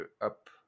up